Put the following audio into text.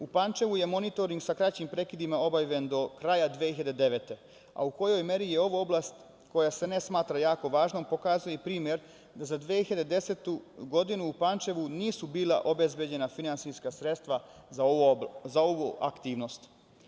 U Pančevu je monitoring sa kraćim prekidima obavljen do kraja 2009. godine, a u kojoj meri je ova oblast koja se ne smatra jako važnom pokazuje i prime da za 2010. godinu u Pančevu nisu bila obezbeđena finansijska sredstava za ovu aktivnost.